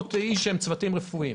הצוותים הרפואיים